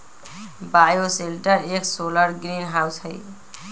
bioshelter एक solar greenhouse हई